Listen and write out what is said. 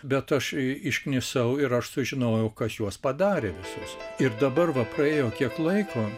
bet aš išknisau ir aš sužinojau kas juos padarė visus ir dabar va praėjo kiek laiko